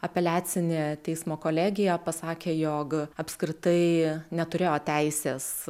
apeliacinė teismo kolegija pasakė jog apskritai neturėjo teisės